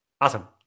Awesome